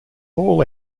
all